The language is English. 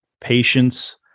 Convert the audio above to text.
patience